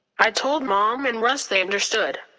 i told mom and russ they understood.